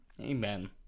amen